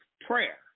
Prayer